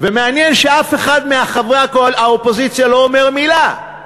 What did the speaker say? ומעניין שאף אחד מחברי האופוזיציה לא אומר מילה.